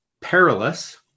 perilous